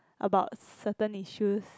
about certain issues